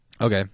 Okay